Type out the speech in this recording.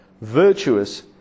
virtuous